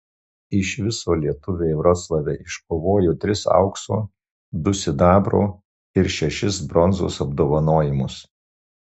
iš viso lietuviai vroclave iškovojo tris aukso du sidabro ir šešis bronzos apdovanojimus